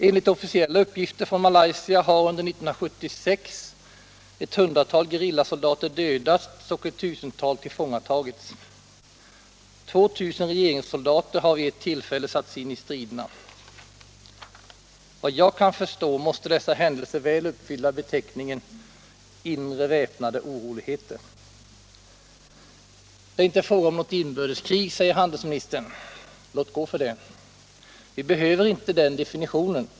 Enligt officiella uppgifter från Malaysia har under 1976 ett hundratal gerillasoldater dödats och ett tusental tillfångatagits. 2 000 regeringssoldater har vid ett tillfälle satts in i striderna. Vad jag kan förstå måste dessa händelser väl uppfylla beteckningen ”inre väpnade oroligheter”. Det är inte fråga om något inbördeskrig, säger handelsministern. Låt gå för det. Vi behöver inte den definitionen.